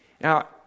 Now